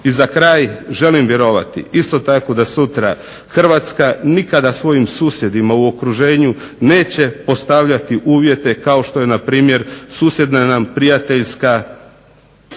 I za kraj, želim vjerovati isto tako da sutra Hrvatska nikada svojim susjedima u okruženju neće postavljati uvjete kao što je npr. susjedna nam prijateljska,